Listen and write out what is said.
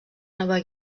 nova